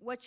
what